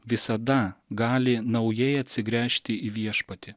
visada gali naujai atsigręžti į viešpatį